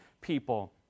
people